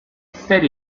zer